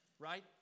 Right